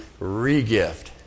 regift